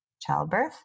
childbirth